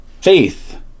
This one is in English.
Faith